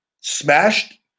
Smashed